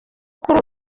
kuri